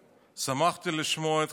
שמחתי לשמוע את חברי